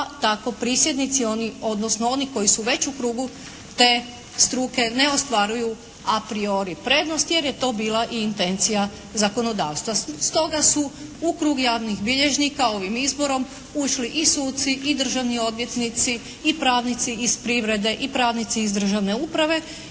tako prisjednici, oni, odnosno oni koji su već u krugu te struke ne ostvaruju a priori prednost jer je to bila i intencija zakonodavstva. Stoga su u krug javnih bilježnika ovim izborom ušli i suci i državni odvjetnici i pravnici iz privrede i pravnici iz državne uprave.